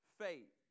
faith